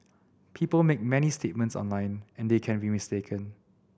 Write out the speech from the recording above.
people make many statements online and they can be mistaken